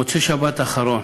במוצאי השבת האחרונה,